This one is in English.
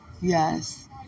Yes